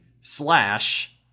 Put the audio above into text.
slash